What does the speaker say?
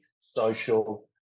social